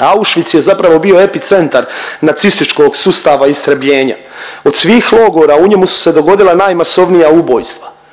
Auschwitz je zapravo bio epicentar nacističkog sustava istrebljenja. Od svih logora u njemu su se dogodila najmasovnija ubojstva.